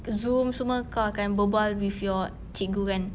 Zoom semua kau akan berbual with your cikgu kan